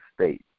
state